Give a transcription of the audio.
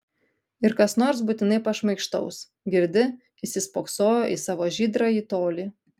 ir kas nors būtinai pašmaikštaus girdi įsispoksojo į savo žydrąjį tolį